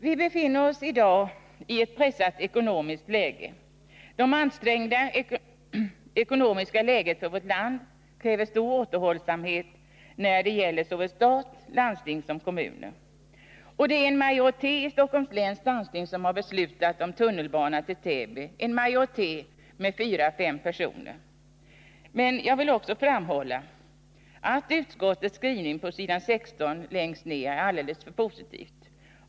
Vi befinner oss i dag i ett pressat ekonomiskt läge. Det ansträngda ekonomiska läget för vårt land kräver stor återhållsamhet när det gäller utgifter för såväl stat som landsting och kommuner. Det är en majoritet som i Stockholms läns landsting har beslutat om tunnelbana till Täby, en majoritet på fyra fem personer. Men jag vill också framhålla att utskottets skrivning längst ned på s. 16 är alltför positiv.